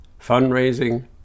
fundraising